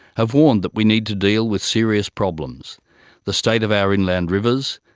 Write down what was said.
have warned that we need to deal with serious problems the state of our inland rivers,